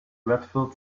dreadful